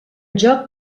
joc